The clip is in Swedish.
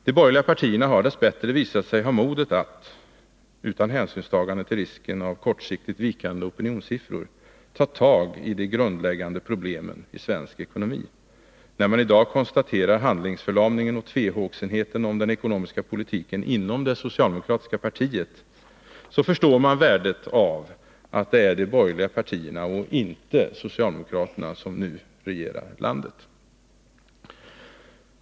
De borgerliga partierna har dess bättre visat sig ha modet att — utan hänsynstagande till risken för kortsiktigt vikande opinionssiffror — ta tag i de grundläggande problemen i svensk ekonomi. När man i dag konstaterar handlingsförlamningen och tvehågsenheten i fråga om den ekonomiska politiken inom det socialdemokratiska partiet, förstår man värdet av att det är de borgerliga partierna och inte socialdemokraterna som nu regerar i landet.